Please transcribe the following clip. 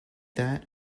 that